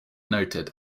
noted